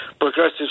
progressive